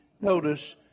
notice